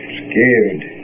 scared